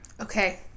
Okay